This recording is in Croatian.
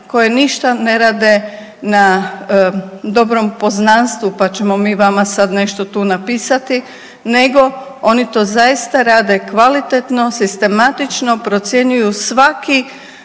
koje ništa ne rade na dobrom poznanstvu pa ćemo mi vama sad nešto tu napisati, nego oni to zaista rade kvalitetno, sistematično, procjenjuju svaki